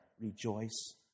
rejoice